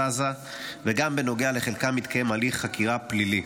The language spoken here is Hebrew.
וגם בנוגע לחלקם מתקיים הליך חקירה פלילי.